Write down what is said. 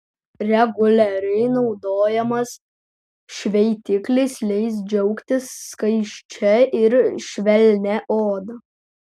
reguliariai naudojamas šveitiklis leis džiaugtis skaisčia ir švelnia oda